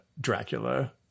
Dracula